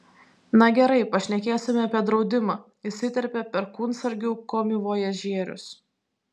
na gerai pašnekėsime apie draudimą įsiterpė perkūnsargių komivojažierius